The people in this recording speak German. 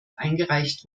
eingereicht